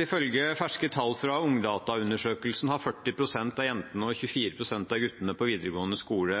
Ifølge ferske tall fra Ungdata-undersøkelsen har 40 pst. av jentene og 24 pst. av guttene på videregående skole